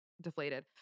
deflated